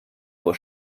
vor